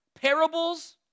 parables